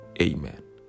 Amen